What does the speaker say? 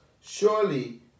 Surely